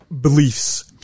beliefs